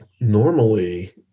normally